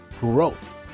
growth